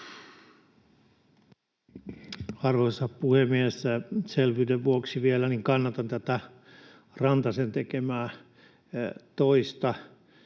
Arvoisa puhemies! Selvyyden vuoksi vielä: Kannatan tätä Rantasen tekemää toista